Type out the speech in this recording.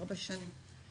ארבע שנים,